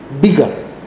Bigger